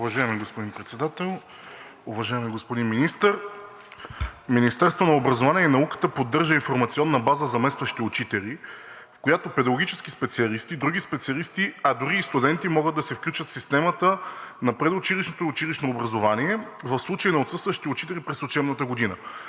Уважаеми господин Председател! Уважаеми господин Министър, Министерството на образованието и науката поддържа информационна база „Заместващи учители“, в която педагогически специалисти, други специалисти, а дори и студенти могат да се включат в системата на предучилищното и училищно образование, в случай на отсъстващи учители през учебната година.